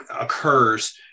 occurs